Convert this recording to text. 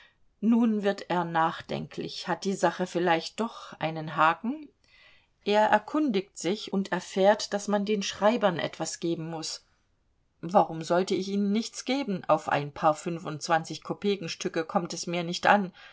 nun wird er nachdenklich hat die sache vielleicht doch einen haken er erkundigt sich und erfährt daß man den schreibern etwas geben muß warum sollte ich ihnen nichts geben auf ein paar fünfundzwanzigkopekenstücke kommt es mir nicht an